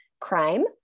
crime